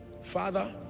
Father